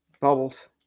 Bubbles